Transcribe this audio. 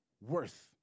worth